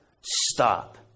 stop